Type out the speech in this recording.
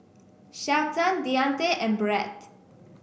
Shelton Deante and Brett